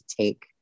take